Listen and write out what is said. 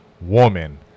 woman